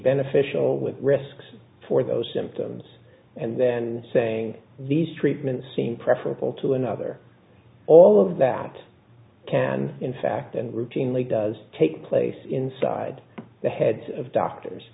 beneficial with risks for those symptoms and then saying these treatments seem preferable to another all of that can in fact and routinely does take place inside the heads of doctors